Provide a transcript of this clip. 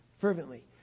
Fervently